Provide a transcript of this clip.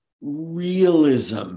realism